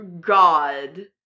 god